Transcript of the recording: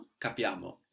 Capiamo